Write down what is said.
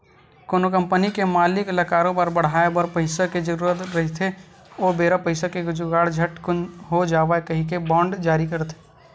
कोनो कंपनी के मालिक ल करोबार बड़हाय बर पइसा के जरुरत रहिथे ओ बेरा पइसा के जुगाड़ झटकून हो जावय कहिके बांड जारी करथे